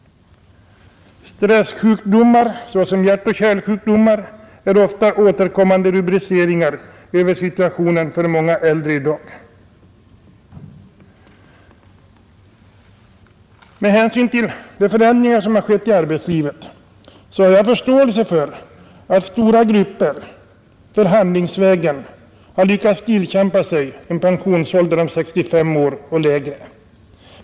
Stressjukdomar såsom hjärtoch kärlsjukdomar är ofta återkommande rubriceringar över situationen för många äldre i dag. Med hänsyn till de förändringar som skett i arbetslivet har jag 43 förståelse för att stora grupper förhandlingsvägen har lyckats tillkämpa sig en pensionsålder om 65 år och lägre.